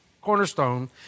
cornerstone